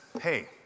hey